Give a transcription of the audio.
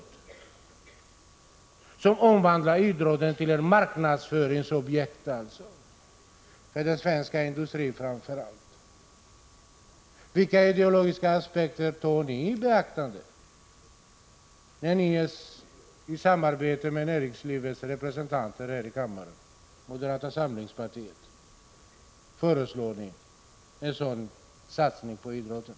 Detta arrangemang omvandlar idrotten till ett marknadsföringsobjekt för framför allt den svenska industrin. Vilka ideologiska aspekter tar ni i beaktande när ni i samarbete med näringslivets representanter här i kammaren —- moderata samlingspartiet — föreslår en sådan satsning på idrotten?